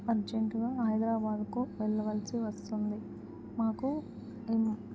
అర్జెంటుగా హైదరాబాద్కు వెళ్ళవలసి వస్తుంది మాకు ఎం